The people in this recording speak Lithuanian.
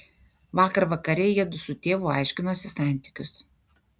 vakar vakare jiedu su tėvu aiškinosi santykius